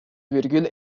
virgül